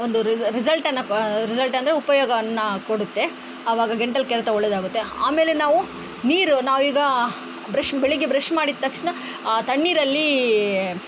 ಒಂದು ರಿಸಲ್ಟನ್ನು ರಿಸಲ್ಟ್ ಅಂದರೆ ಉಪಯೋಗವನ್ನು ಕೊಡುತ್ತೆ ಅವಾಗ ಗಂಟಲು ಕೆರೆತ ಒಳ್ಳೆಯದಾಗುತ್ತೆ ಆಮೇಲೆ ನಾವು ನೀರು ನಾವೀಗ ಬ್ರಷ್ ಬೆಳಿಗ್ಗೆ ಬ್ರಷ್ ಮಾಡಿದ ತಕ್ಷಣ ತಣ್ಣೀರಲ್ಲಿ